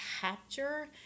capture